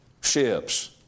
ships